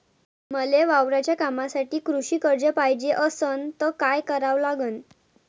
मले वावराच्या कामासाठी कृषी कर्ज पायजे असनं त काय कराव लागन?